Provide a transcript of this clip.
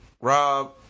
Rob